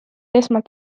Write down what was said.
esmalt